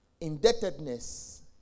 indebtedness